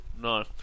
no